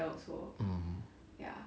mm hmm